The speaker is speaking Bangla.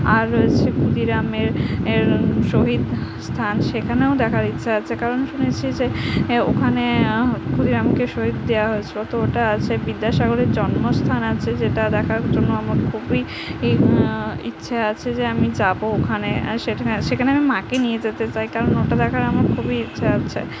আর রয়েছে ক্ষুদিরামের এর শহীদ স্থান সেখানেও দেখার ইচ্ছা আছে কারণ শুনেছি যে এ ওখানে ক্ষুদিরামকে শহীদ দেওয়া হয়েছিল তো ওটা আছে বিদ্যাসাগরের জন্মস্থান আছে যেটা দেখার জন্য আমার খুবই ই ইচ্ছে আছে যে আমি যাবো ওখানে সেখানে সেখানে আমি মাকে নিয়ে যেতে চাই কারণ ওটা দেখার আমার খুবই ইচ্ছা আছে